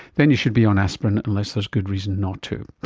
then you should be on aspirin unless there's good reason not to.